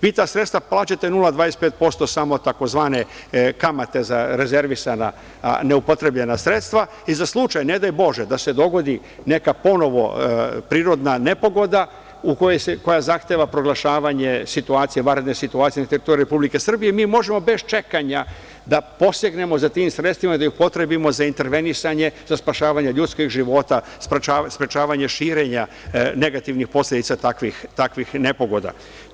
Vi ta sredstva plaćate 0,25% samo tzv. kamate, na rezervisana, neupotrebljena sredstva i za slučaj, ne daj Bože da se dogodi neka ponovo prirodna nepogoda koja zahteva proglašavanje vanredne situacije na teritoriji Republike Srbije, mi možemo bez čekanja da posegnemo za tim sredstvima i da ih upotrebimo za inervenisanje, za spasavanje ljudskih života, sprečavanje širenja negativnih posledica takvih nepogoda.